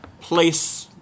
place